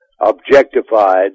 objectified